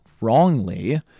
wrongly